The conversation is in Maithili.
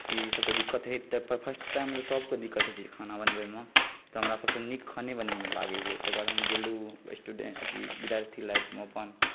कि ईसभ चीज दिक्कत होइ पर फर्स्ट टाइम सभकेँ दिक्कत होइत छै खाना बनबैमे तऽ हमरा सभसँ नीक खाने बनबैमे लागैत रहै तकर बाद हम गेलहुँ स्टुडेन्ट अथी विद्यार्थी लाइफमे अपन